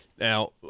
Now